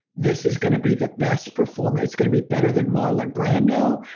this is going to be the best performance, it's going to be better than marlon brando.